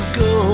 go